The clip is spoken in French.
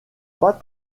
pas